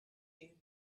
you